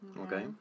Okay